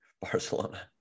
Barcelona